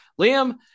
Liam